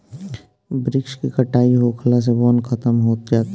वृक्ष के कटाई होखला से वन खतम होत जाता